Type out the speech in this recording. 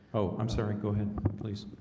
oh, i'm sorry. go ahead please